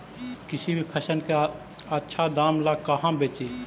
किसी भी फसल के आछा दाम ला कहा बेची?